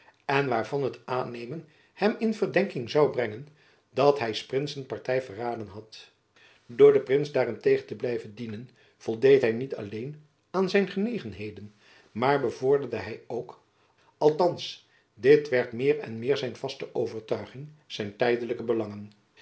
en waarvan het aannemen hem in verdenking zoû brengen dat hy s prinsen party verraden had door den prins daarentegen te blijven dienen voldeed hy niet alleen aan zijn genegenheden maar bevorderde hy ook althands dit werd meer en meer zijn vaste overtuiging zijn tijdelijke belangen